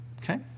okay